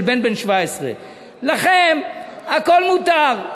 של בן 17. לכם הכול מותר.